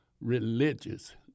religious